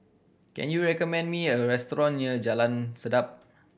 can you recommend me a restaurant near Jalan Sedap